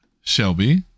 Shelby